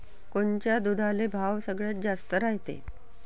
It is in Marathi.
कोनच्या दुधाले भाव सगळ्यात जास्त रायते?